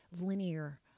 linear